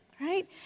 right